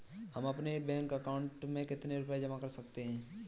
हम अपने bank account में कितने रुपये जमा कर सकते हैं?